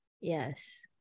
Yes